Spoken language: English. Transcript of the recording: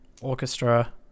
Orchestra